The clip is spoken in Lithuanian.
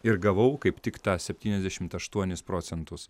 ir gavau kaip tik tą septyniasdešimt aštuonis procentus